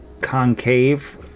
concave